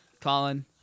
Colin